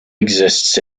exists